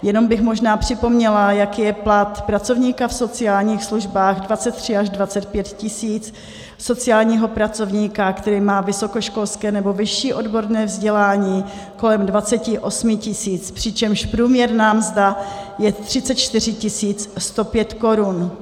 Jenom bych možná připomněla, jaký je plat pracovníka v sociálních službách 23 až 25 tis., sociálního pracovníka, který má vysokoškolské nebo vyšší odborné vzdělání, kolem 28 tis., přičemž průměrná mzda je 34 105 korun.